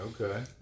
okay